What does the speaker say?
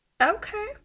okay